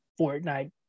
Fortnite